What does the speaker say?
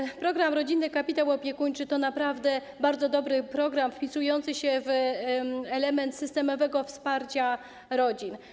Program wprowadzający rodzinny kapitał opiekuńczy to naprawdę bardzo dobry program wpisujący się w element systemowego wsparcia rodzin.